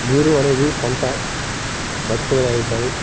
నీరు అనేది పంట మర్చిపోవడానికి కానీ